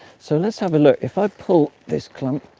so let's have a look. if i pull this clump